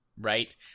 Right